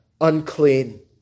unclean